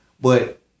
But-